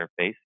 interface